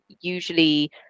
usually